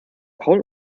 paul